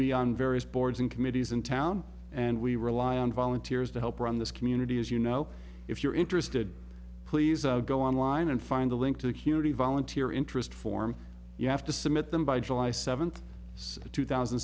be on various boards and committees in town and we rely on volunteers to help run this community as you know if you're interested please go online and find a link to the community volunteer interest form you have to submit them by july seventh two thousand